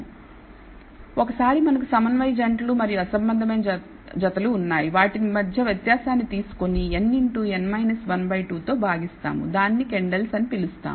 కాబట్టి ఒకసారి మనకు సమన్వయ జంటలు మరియు అసంబద్ధమైన జతలు ఉన్నాయి వాటి మధ్య వ్యత్యాసాన్ని తీసుకుని n2 తో భాగీస్తాము దానిని Kendall's అని పిలుస్తాం